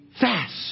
fast